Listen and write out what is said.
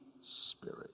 Spirit